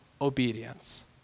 obedience